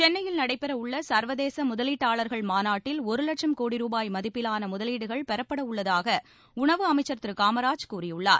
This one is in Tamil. சென்னையில் நடைபெற உள்ள சா்வதேச முதலீட்டாளா்கள் மாநாட்டில் ஒரு வட்சம் கோடி ருபாய் மதிப்பிலான முதலீடுகள் பெறப்பட உள்ளதாக உணவு அமைச்சர் திரு காமராஜ் கூறியுள்ளார்